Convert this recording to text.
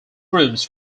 rooms